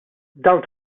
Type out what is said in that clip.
dawn